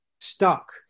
stuck